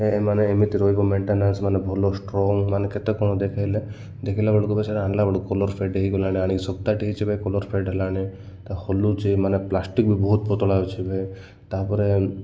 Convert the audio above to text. ମାନେ ଏମିତି ରହିବ ମେଣ୍ଟେନାନ୍ସ ମାନେ ଭଲ ଷ୍ଟ୍ରଙ୍ଗ ମାନେ କେତେ କ'ଣ ଦେଖେଇଲେ ଦେଖିଲା ବେଳକୁ ଭାଇ ସେଇଟା ଆଣିଲା ବେଳକୁ କଲର୍ ଫେଡ଼୍ ହେଇଗଲାଣି ଆଣିକି ସପ୍ତାହେଟେ ହେଇଛି ଭାଇ କଲର୍ ଫେଡ଼୍ ହେଲାଣି ତା ହଲୁଛି ମାନେ ପ୍ଲାଷ୍ଟିକ ବି ବହୁତ ପତଳା ଅଛି ଭାଇ ତା'ପରେ